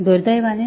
दुर्दैवाने नाही